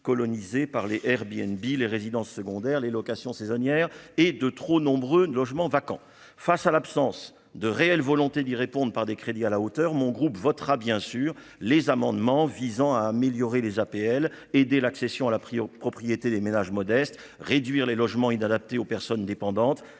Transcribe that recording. colonisé par Les Herbiers Bill et résidences secondaires, les locations saisonnières et de trop nombreux de logements vacants, face à l'absence de réelle volonté d'y répondre par des crédits à la hauteur, mon groupe votera bien sûr les amendements visant à améliorer les APL et dès l'accession à la prison, propriété des ménages modestes, réduire les logements inadaptés aux personnes dépendantes